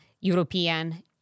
European